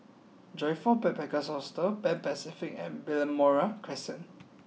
Joyfor Backpackers' Hostel Pan Pacific and Balmoral Crescent